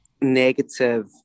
negative